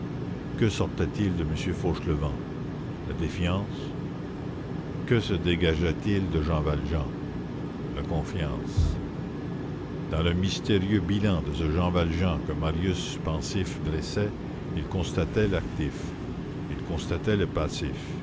que sortait-il de m fauchelevent la défiance que se dégageait il de jean valjean la confiance dans le mystérieux bilan de ce jean valjean que marius pensif dressait il constatait l'actif il constatait le passif